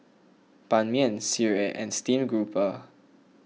Ban Mian Sireh and Steamed Garoupa